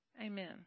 Amen